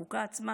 החוקה עצמה,